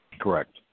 correct